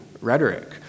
rhetoric